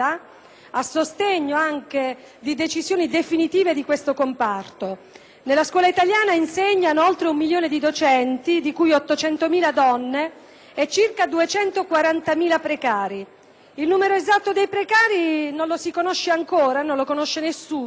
a sostegno anche di decisioni definitive di questo comparto. Nella scuola italiana insegnano oltre un milione di docenti, di cui 800.000 donne e circa 240.000 precari: il numero esatto dei precari non si conosce ancora, non lo conosce nessuno.